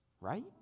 Right